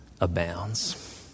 abounds